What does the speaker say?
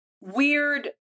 weird